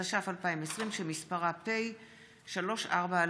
התש"ף 2020, שמספרה פ/34/20.